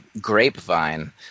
grapevine